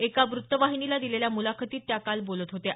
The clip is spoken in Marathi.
एका व्रत्तवाहिनीला दिलेल्या मुलाखतीत त्या काल बोलत होत्या